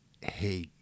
hey